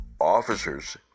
Officers